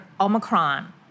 Omicron